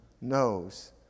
knows